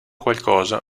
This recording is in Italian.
qualcosa